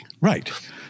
Right